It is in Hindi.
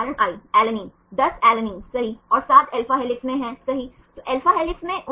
उदाहरण के लिए यदि आप 30 Å लेते हैं तो ट्रांसएम्ब्रेनर खंड के बीच में कितने अमीनो एसिड रहते हैं